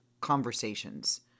conversations